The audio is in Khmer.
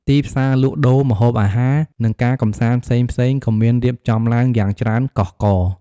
ទីផ្សារលក់ដូរ ម្ហូបអាហារ និងការកម្សាន្តផ្សេងៗក៏មានរៀបចំឡើងយ៉ាងច្រើនកុះករ។